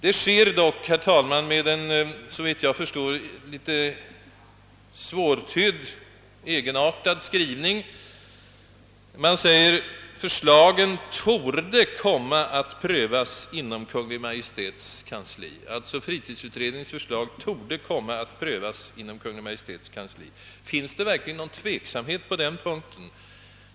Det sker dock, herr talman, med en såvitt jag förstår litet svårtydd och egenartad skrivning. Man säger, att fritidsutredningens förslag »torde komma att prövas inom Kungl. Maj:ts kansli». Råder verkligen någon tveksamhet på den punkten?